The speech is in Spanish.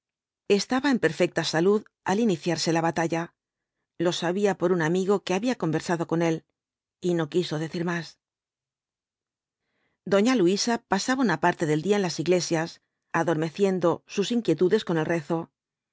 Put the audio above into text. estaba en perfecta salud al iniciarse la batalla lio sabía por nn amigo que había conversado con él y no quiso decir más doña luisa pasaba una parte del día en las iglesias adormeciendo sus inquietudes con el rezo